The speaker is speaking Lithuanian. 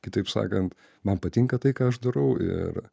kitaip sakant man patinka tai ką aš darau ir